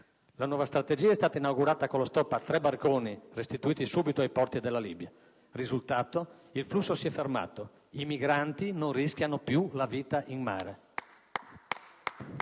La nuova strategia è stata inaugurata con lo stop a tre barconi, restituiti subito ai porti della Libia. Risultato: il flusso si è fermato; i migranti non rischiano più la vita in mare.